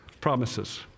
promises